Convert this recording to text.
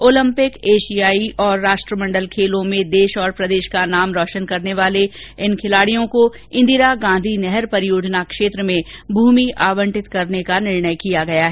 Olympic एशियाई और राष्ट्रमंडल खेलों में देश और प्रदेश का नाम रोशन करने वाले इन खिलाड़ियों को इंदिरा गांधी नहर परियोजना क्षेत्र में भूमि आवंटित करने का निर्णय किया गया है